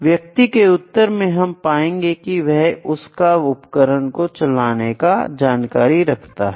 व्यक्ति के उत्तर में हम पाएंगे कि वह उस उपकरण को चलाने की जानकारी रखता है